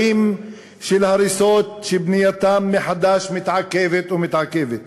הרים של הריסות שבנייתם מחדש מתעכבת ומתעכבת.